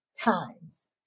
times